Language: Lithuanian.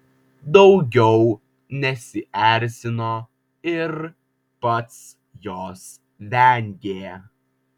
daugiau nesierzino ir pats jos vengė